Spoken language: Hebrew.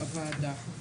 הוועדה.